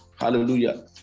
hallelujah